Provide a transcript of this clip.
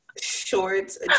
shorts